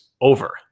over